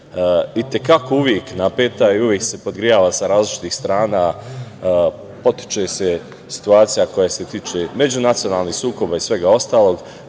i te kako uvek napeta i uvek se podgrejava sa različitih strana, podstiče se situacija koja se tiče međunacionalnih sukoba i svega ostalog,